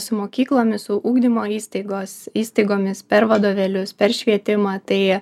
su mokyklomis su ugdymo įstaigos įstaigomis per vadovėlius per švietimą tai